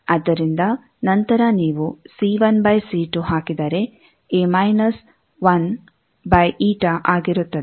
ಆದ್ದರಿಂದ ನಂತರ ನೀವು c1 ಬೈ c2 ಹಾಕಿದರೆ ಈ ಮೈನಸ್ 1 ಬೈ ಈಟ ಆಗಿರುತ್ತದೆ